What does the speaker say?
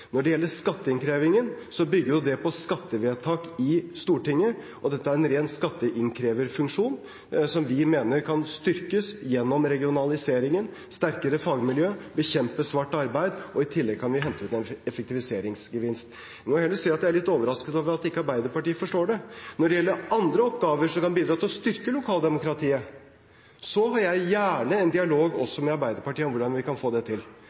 Når det gjelder skatteinnkrevingen, bygger jo det på skattevedtak i Stortinget. Dette er en ren skatteinnkreverfunksjon, som vi mener kan styrkes gjennom regionaliseringen – sterkere fagmiljø, som kan bekjempe svart arbeid – og i tillegg kan vi hente ut en effektiviseringsgevinst. Jeg må heller si at jeg er litt overrasket over at ikke Arbeiderpartiet forstår det. Når det gjelder andre oppgaver som kan bidra til å styrke lokaldemokratiet, har jeg gjerne en dialog også med Arbeiderpartiet om hvordan vi kan få det til,